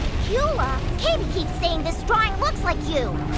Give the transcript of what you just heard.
cula kebi keeps saying this drawing looks like you.